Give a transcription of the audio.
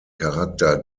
charakter